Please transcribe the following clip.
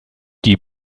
die